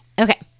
Okay